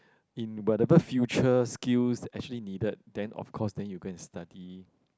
in whatever future skills that actually needed then of course then you go and study